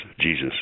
Jesus